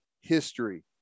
history